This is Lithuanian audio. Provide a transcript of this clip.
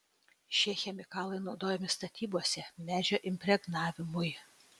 šie chemikalai naudojami statybose medžio impregnavimui